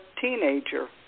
teenager